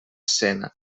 escena